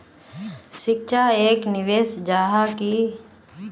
शिक्षा एक निवेश जाहा की?